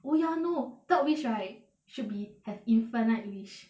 oh ya no third wish right should be have infinite wish